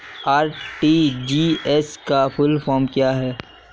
RTGS का full form क्या है?